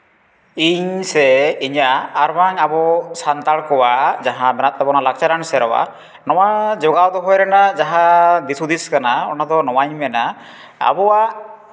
ᱤᱧ ᱥᱮ ᱤᱧᱟᱹᱜ ᱟᱨ ᱵᱟᱝ ᱟᱵᱚ ᱥᱟᱱᱛᱟᱲ ᱠᱚᱣᱟᱜ ᱡᱟᱦᱟᱸ ᱢᱮᱱᱟᱜ ᱛᱟᱵᱚᱱᱟ ᱞᱟᱠᱪᱟᱨᱟᱱ ᱥᱮᱨᱣᱟ ᱱᱚᱶᱟ ᱡᱚᱜᱟᱣ ᱫᱚᱦᱚ ᱨᱮᱱᱟᱜ ᱡᱟᱦᱟᱸ ᱫᱤᱥᱼᱦᱩᱫᱤᱥ ᱠᱟᱱᱟ ᱚᱱᱟᱫᱚ ᱱᱚᱣᱟᱧ ᱢᱮᱱᱟ ᱟᱵᱚᱣᱟᱜ